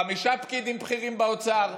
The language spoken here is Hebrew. חמישה פקידים בכירים באוצר,